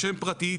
שם פרטי,